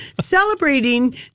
celebrating